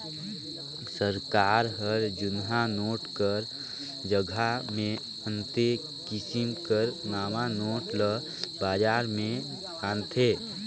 सरकार हर जुनहा नोट कर जगहा मे अन्ते किसिम कर नावा नोट ल बजार में लानथे